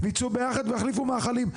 ויצאו ביחד ויחליפו מאכלים.